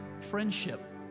friendship